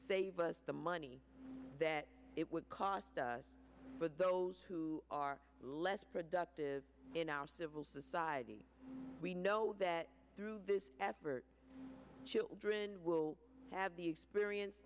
save us the money that it would cost for those who are less productive in our civil society we know that through this effort children will have the experience